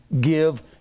give